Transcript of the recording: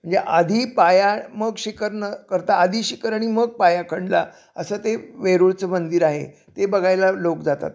म्हणजे आधी पाया मग शिखर न करता आधी शिखर आणि मग पाया खणला असं ते वेरूळचं मंदिर आहे ते बघायला लोक जातात